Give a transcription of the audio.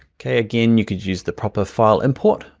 okay? again, you could use the proper file import.